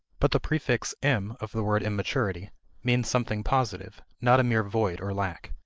but the prefix im of the word immaturity means something positive, not a mere void or lack.